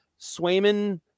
Swayman